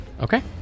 Okay